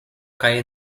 kaj